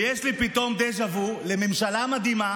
ויש לי פתאום דז'ה וו לממשלה מדהימה